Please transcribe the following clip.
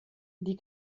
die